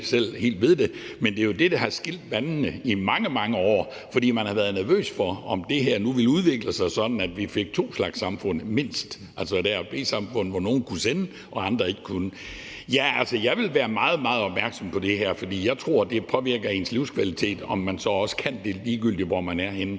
selv helt ved det – der har skilt vandene i mange, mange år, fordi man har været nervøs for, om det her nu ville udvikle sig sådan, at vi fik mindst to slags samfund, altså et A- og B-samfund, hvor nogle kunne sende og andre ikke kunne. Jeg vil være meget, meget opmærksom på det her, for jeg tror, at det påvirker ens livskvalitet, om man så også kan det, ligegyldigt hvor man er henne.